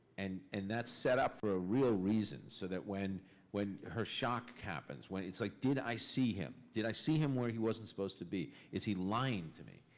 and and that's set up for a real reason, so that when when her shock happens, when it's like, did i see him? did i see him where he wasn't supposed to be? is he lying to me?